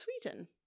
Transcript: Sweden